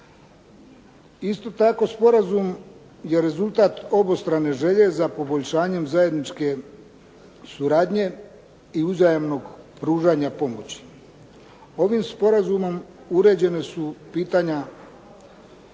Isto tako sporazum je rezultat obostrane želje za poboljšanjem zajedničke suradnje i uzajamnog pružanja pomoći. Ovim sporazumom uređena su pitanja